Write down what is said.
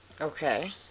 Okay